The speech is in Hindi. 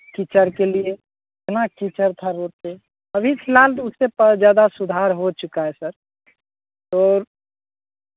कीचड़ के लिए इतना कीचड़ था रोड पे अभी फिलहाल तो उसपे प ज्यादा सुधार हो चुका है सर और